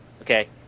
Okay